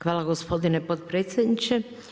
Hvala gospodine potpredsjedniče.